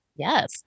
Yes